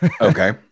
Okay